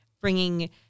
bringing